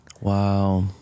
Wow